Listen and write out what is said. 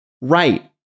Right